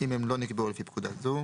אם הם לא נקבעו לפי פקודה זו.